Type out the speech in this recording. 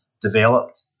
developed